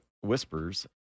whispers